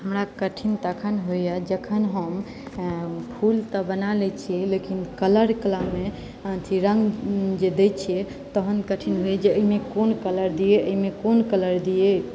हमरा कठिन तखन होइए जखन हम फूल तऽ बना लैत छियै लेकिन कलर कालमे अथी रङ्ग जे दैत छियै तहन कठिन होइए जे एहिमे कोन कलर दियै एहिमे कोन कलर दियै